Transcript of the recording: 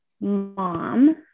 mom